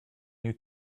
new